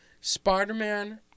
Spider-Man